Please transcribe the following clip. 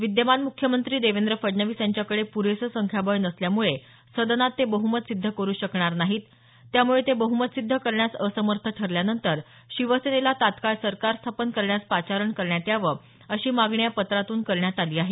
विद्यमान मुख्यमंत्री देवेंद्र फडणवीस यांच्याकडे प्रेसं संख्याबळ नसल्यामुळे सदनात ते बहमत सिद्ध करू शकणार नाहीत त्यामुळे ते बहमत सिद्ध करण्यास असमर्थ ठरल्यानंतर शिवसेनेला तत्काळ सरकार स्थापन करण्यास पाचारण करण्यात यावं अशी मागणी या पत्रातून करण्यात आली आहे